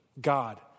God